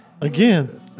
Again